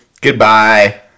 Goodbye